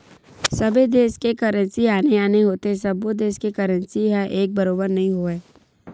सबे देस के करेंसी आने आने होथे सब्बो देस के करेंसी ह एक बरोबर नइ होवय